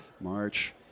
March